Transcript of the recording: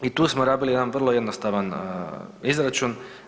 I tu smo rabili jedan vrlo jednostavan izračun.